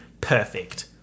perfect